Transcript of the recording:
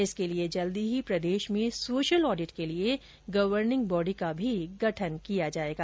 इसके लिए जल्द ही प्रदेश में सोशल ऑडिट के लिए गवर्निंग बॉडी का गठन किया जाएगा